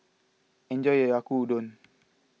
enjoy your Yaki Udon